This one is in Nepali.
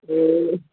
ए